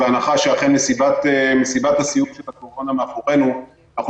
בהנחה שאכן מסיבת הסיום של הקורונה מאחורינו אנחנו